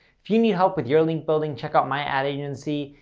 if you need help with your link building, check out my ad agency,